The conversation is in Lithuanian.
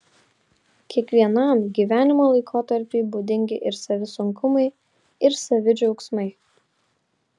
kiekvienam gyvenimo laikotarpiui būdingi ir savi sunkumai ir savi džiaugsmai